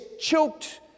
choked